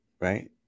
right